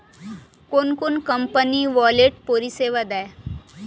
কোন কোন company wallet পরিষেবা দেয়?